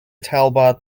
talbot